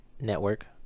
network